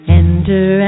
enter